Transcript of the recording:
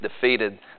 defeated